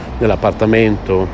nell'appartamento